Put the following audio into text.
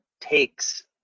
takes